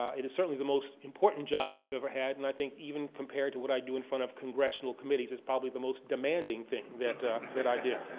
it is certainly the most important job i've ever had. and i think even compared to what i do in front of congressional committees is probably the most demanding thing that that i do.